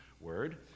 word